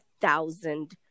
thousand